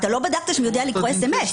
אתה לא בדקת שהוא יודע לקרוא אס.אמ.אס.